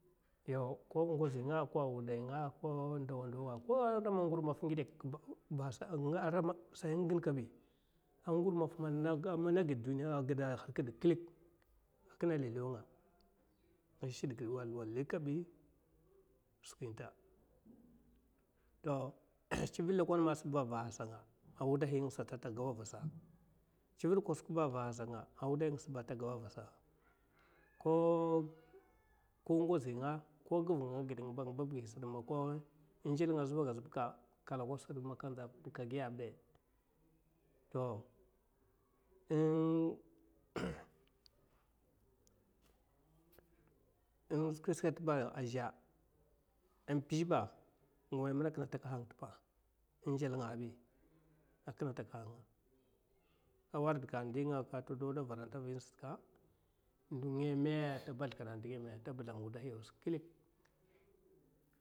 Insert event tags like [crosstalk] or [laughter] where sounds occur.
Yau ko ngozi [noise] nga ko wuday nga ko ndawa ndawa ko ngur maffa ngide keke sai nga gine'kaèi nga shid giɓ yau chiviɓ lekone ba va hasa nga awuday nga ba atagau avasa a. to [noise] chivid kosuk ba va hasanga awuday nga ba ata gau avasa. ko ngozi nga ko wuday nga ko man nga sata kosa nda kosuk sata man kandza pe sata ka giya èi ɓe? To [hesitation] [noise] kine warda wuday nga nga todo auda avara avina satka ndo ngeme? Ata bazle kaɓa, ata bazlanga wuday ausa klik.